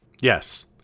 Yes